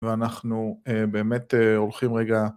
ואנחנו באמת הולכים רגע...